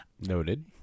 Noted